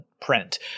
print